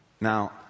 Now